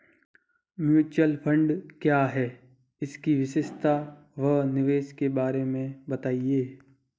Mutual fund क्या है इसकी विशेषता व निवेश के बारे में बताइये?